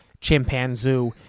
Chimpanzee